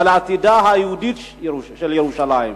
אלא על עתידה היהודי של ירושלים.